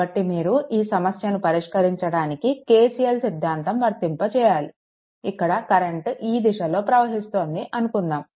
కాబట్టి మీరు ఈ సమస్యను పరిష్కరించడానికి KCL సిద్దాంతం వర్తింపచేయాలి ఇక్కడ కరెంట్ ఈ దిశలో ప్రవహిస్తోంది అనుకుందాము